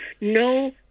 No